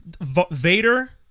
Vader